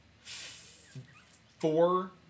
four